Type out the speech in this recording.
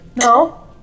No